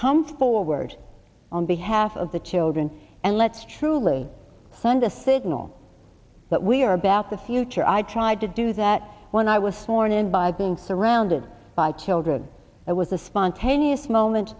come forward on behalf of the children and let's truly sunda signal that we are about the future i tried to do that when i was foreign and by being surrounded by children it was a spontaneous moment